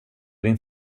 din